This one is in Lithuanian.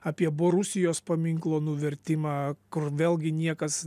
apie borusijos paminklo nuvertimą kur vėlgi niekas